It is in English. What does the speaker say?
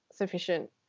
Sufficient